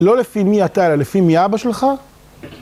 לא לפי מי אתה, אלא לפי מי אבא שלך.